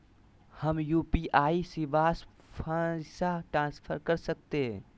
हम यू.पी.आई शिवांश पैसा ट्रांसफर कर सकते हैं?